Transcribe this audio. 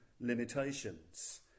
limitations